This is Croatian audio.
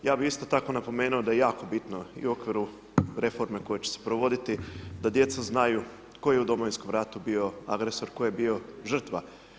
Ja bi isto tako napomenuo da je jako bitno i okviru reformi koje će se provoditi da djeca znaju tko je u Domovinskom ratu bio agresor, tko je bio žrtva.